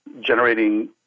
generating